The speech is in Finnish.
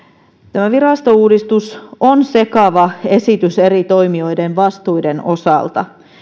tämä virastouudistus on sekava esitys eri toimijoiden vastuiden osalta